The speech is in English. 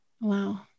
Wow